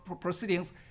proceedings